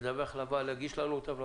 לדווח לוועדה ולהגיש לנו אותם.